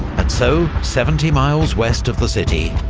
and so, seventy miles west of the city,